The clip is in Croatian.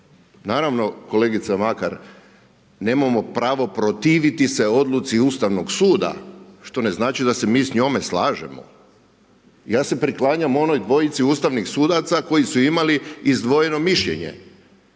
Naravno, kolegice Makar, nemamo pravo protiviti se odluci Ustavnog suda, što ne znači da se mi s njome slažemo. Ja se priklanjam onoj dvojici ustavnim sudaca koji su imali izdvojeno mišljenje